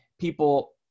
people